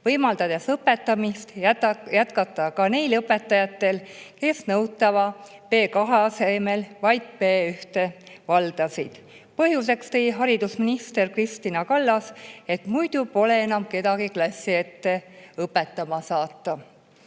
võimaldades õpetamist jätkata ka neil õpetajatel, kes nõutava B2 asemel vaid B1 valdasid. Põhjuseks tõi haridusminister Kristina Kallas, et muidu pole enam kedagi klassi ette õpetama saata. Väide,